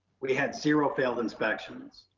we had zero failed inspections.